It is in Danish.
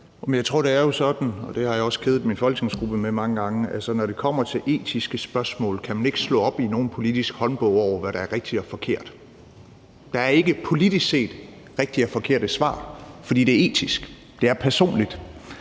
Jeg tror, det er sådan – og det har jeg også kedet min folketingsgruppe med mange gange – at når det kommer til etiske spørgsmål, kan man ikke slå op i nogen politisk håndbog over, hvad der er rigtigt og forkert. Der er ikke politisk set rigtige eller forkerte svar, fordi det er etisk. Det er personligt.